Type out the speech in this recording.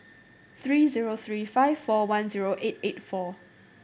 three zero three five four one zero eight eight four